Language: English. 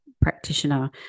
practitioner